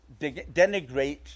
denigrate